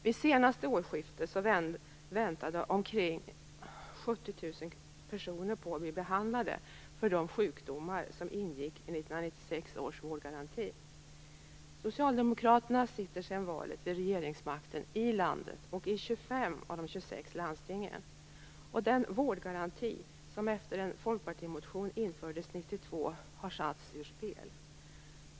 Vid det senaste årsskiftet väntade omkring 70 000 personer på att bli behandlade för de sjukdomar som ingick i 1996 års vårdgaranti. Socialdemokraterna sitter sedan valet vid regeringsmakten i landet och i 25 av de 26 landstingen. Den vårdgaranti som infördes 1992 efter en folkpartimotion har satts ur spel.